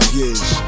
years